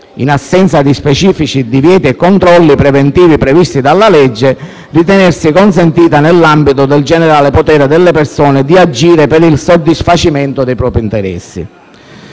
in assenza di specifici divieti o controlli preventivi previsti dalla legge, ritenersi consentita nell'ambito del generale potere delle persone di agire per il soddisfacimento dei propri interessi.